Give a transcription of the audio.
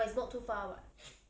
but it's not too far [what]